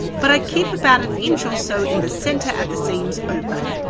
but i keep about an inch or so in the centre at the seams open.